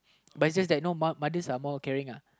but it's just that you know mothers are more caring uh